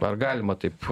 ar galima taip